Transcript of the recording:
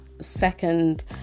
second